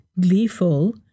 gleeful